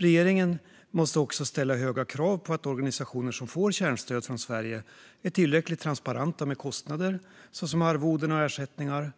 Regeringen måste även ställa höga krav på att organisationer som får kärnstöd från Sverige är tillräckligt transparenta med kostnader såsom arvoden och ersättningar,